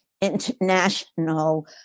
international